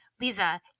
lisa